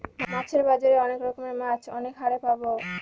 মাছের বাজারে অনেক রকমের মাছ অনেক হারে পাবো